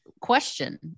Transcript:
question